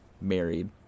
married